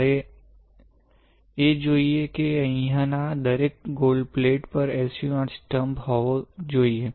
મારે એ જોઈએ કે અહીંના દરેક ગોલ્ડ પેડ પર SU 8 સ્તંભ હોવો જોઈએ